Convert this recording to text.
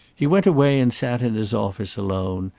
he went away and sat in his office alone,